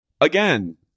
again